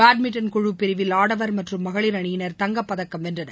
badminton குழு பிரிவில் ஆடவர் மற்றும் மகளிர் அணியினர் தங்கப் பதக்கம் வென்றனர்